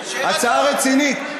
הצעה רצינית,